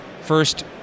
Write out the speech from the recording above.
first